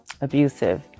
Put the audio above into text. abusive